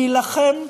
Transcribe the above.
להילחם,